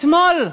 אתמול,